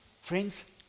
friends